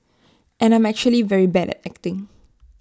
and I'm actually very bad at acting